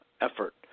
effort